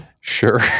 Sure